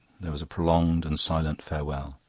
there was a prolonged and silent farewell.